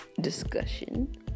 discussion